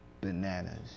bananas